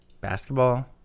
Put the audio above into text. basketball